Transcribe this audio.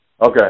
Okay